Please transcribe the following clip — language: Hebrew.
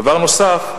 דבר נוסף,